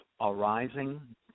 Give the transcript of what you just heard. arising